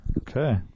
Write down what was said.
Okay